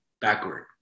backward